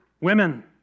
women